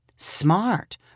Smart